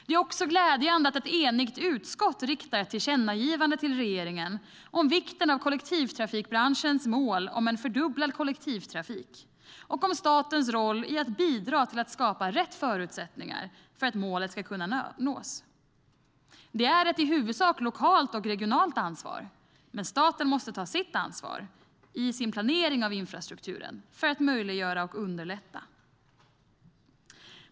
Det är också glädjande att ett enigt utskott riktar ett tillkännagivande till regeringen om vikten av kollektivtrafikbranschens mål om en fördubblad kollektivtrafik och om statens roll i att bidra till att skapa rätt förutsättningar för att målet ska kunna nås. Det är ett i huvudsak lokalt och regionalt ansvar, men staten måste också ta sitt ansvar i sin planering av infrastrukturen för att möjliggöra och underlätta.